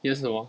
你的是什么